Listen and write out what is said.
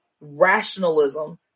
rationalism